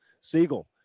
Siegel